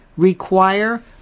require